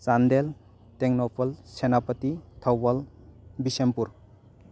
Chandel Tengnoupal Senapati Thoubal Bishnupur